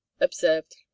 observed